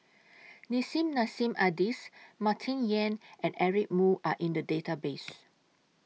Nissim Nassim Adis Martin Yan and Eric Moo Are in The Database